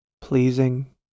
pleasing